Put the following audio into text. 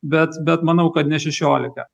bet bet manau kad ne šešiolika